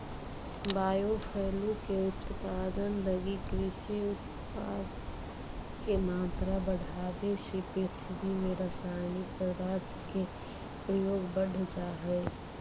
biofuel के उत्पादन लगी कृषि उत्पाद के मात्रा बढ़ावे से पृथ्वी में रसायनिक पदार्थ के प्रयोग बढ़ जा हई